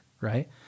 right